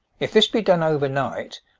if this be done over-night,